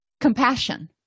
compassion